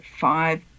five